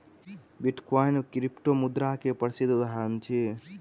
bitcoin क्रिप्टोमुद्रा के प्रसिद्ध उदहारण अछि